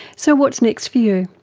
so what's next for you?